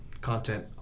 content